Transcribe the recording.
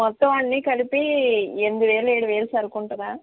మొత్తం అన్నీ కలిపీ ఎనిమిది వేలు ఏడు వేలు సరుకుంటుందా